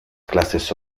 clases